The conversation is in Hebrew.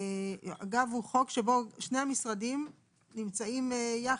אגב, הוא חוק שבו שני המשרדים נמצאים יחד.